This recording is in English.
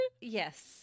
Yes